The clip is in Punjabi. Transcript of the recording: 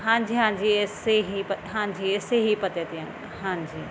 ਹਾਂਜੀ ਹਾਂਜੀ ਇਸ ਹੀ ਪ ਹਾਂਜੀ ਇਸ ਹੀ ਪਤੇ 'ਤੇ ਅ ਹਾਂਜੀ